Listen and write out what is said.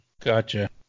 Gotcha